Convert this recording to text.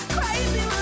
Crazy